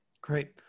Great